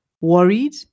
Worried